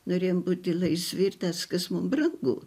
norėjom būti laisvi ir tas kas mums brangu